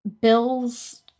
Bill's